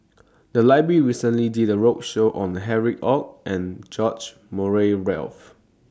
The Library recently did A roadshow on Harry ORD and George Murray Reith